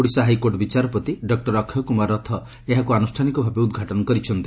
Odisha high court ବିଚାରପତି doctor Akshay Kumar Rath ଏହାକୁ ଆନୁଷ୍ଠାନିକ ଭାବେ ଉଦ୍ଘାଟନ କରିଛନ୍ତି